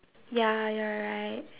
ya you're right